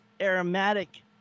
aromatic